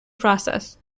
process